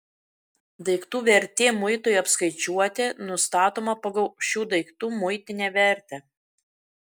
daiktų vertė muitui apskaičiuoti nustatoma pagal šių daiktų muitinę vertę